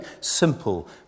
simple